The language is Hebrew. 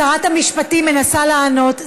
שרת המשפטים מנסה לענות,